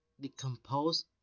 decompose